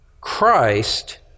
Christ